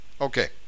Okay